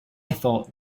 thought